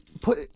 put